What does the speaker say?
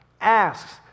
asks